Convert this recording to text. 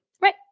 Right